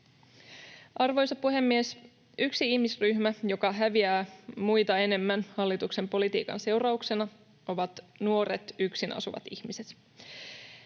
Arvoisa puhemies! Yksi ihmisryhmä, joka häviää muita enemmän hallituksen politiikan seurauksena, ovat nuoret yksin asuvat ihmiset.